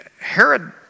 herod